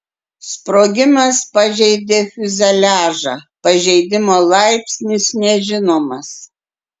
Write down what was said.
sprogimas pažeidė fiuzeliažą pažeidimo laipsnis nežinomas